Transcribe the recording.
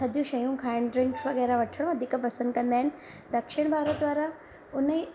थधियूं शयूं खाइण ड्रिंक्स वग़ैरह वठण वधीक पसंदि कंदा आहिनि दक्षिण भारत वारा हुनजी